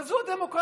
אבל זו הדמוקרטיה.